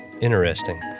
Interesting